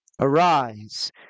Arise